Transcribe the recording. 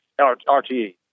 RTE